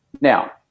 Now